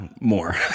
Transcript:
more